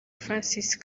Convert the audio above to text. francis